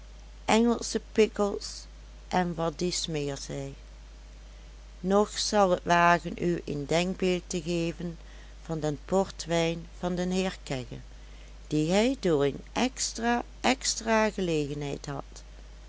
engelsche pickles en wat dies meer zij noch zal het wagen u een denkbeeld te geven van den portwijn van den heer kegge die hij door een extra extra gelegenheid had